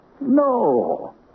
No